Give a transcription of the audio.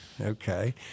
okay